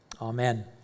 Amen